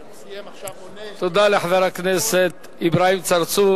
תודה לחבר הכנסת אברהים צרצור.